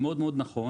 מאוד מאוד נכון,